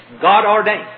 God-ordained